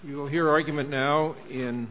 you will hear argument now in